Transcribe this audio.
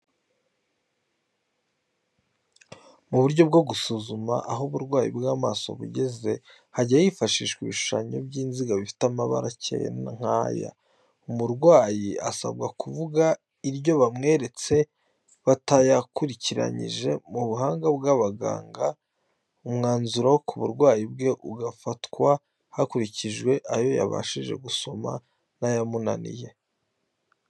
Mu buryo bwo gusuzuma aho uburwayi bw'amaso bugeze, hajya hifashishwa ibishushanyo by'inziga bifite amabara akeye nk'aya, umurwayi asabwa kuvuga iryo bamweretse batayakurikiranyije, mu buhanga bw'abaganga, umwanzuro ku burwayi bwe ugafatwa hakurikijwe ayo yabashije gusoma n'ayamunaniye.